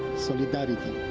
solidarity.